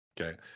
Okay